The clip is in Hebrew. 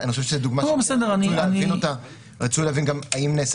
אני חושב שזו דוגמה --- ורצוי להבין גם האם נעשה